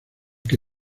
que